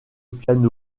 piano